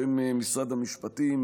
שהם משרד המשפטים,